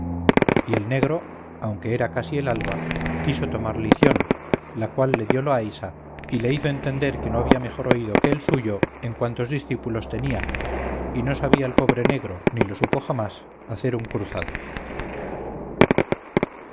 y el negro aunque era casi el alba quiso tomar lición la cual le dio loaysa y le hizo entender que no había mejor oído que el suyo en cuantos discípulos tenía y no sabía el pobre negro ni lo supo jamás hacer un cruzado